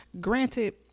Granted